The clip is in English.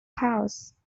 house